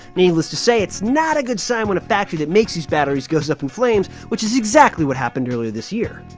needless to say it's not a good sign when a factory that makes these batteries goes up in flames. which is exactly what happened earlier this year.